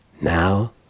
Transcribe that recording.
now